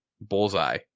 bullseye